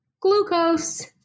glucose